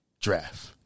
Draft